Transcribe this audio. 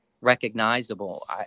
recognizable